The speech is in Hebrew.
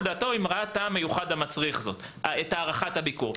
דעתו אם ראה טעם מיוחד המצריך את הארכת הביקור".